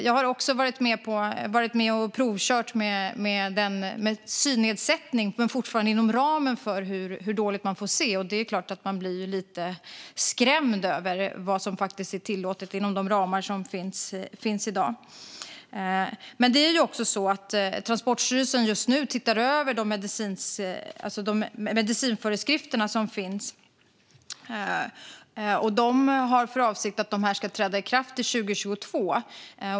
Jag har också varit med och provkört med synnedsättning men fortfarande inom ramen för hur dåligt man får se, och det är klart att man blir lite skrämd över vad som är tillåtet inom de ramar som finns i dag. Transportstyrelsen tittar just nu över de medicinska föreskrifter som finns, och man har för avsikt att detta ska träda i kraft till 2022.